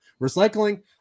Recycling